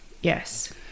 Yes